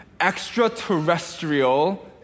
extraterrestrial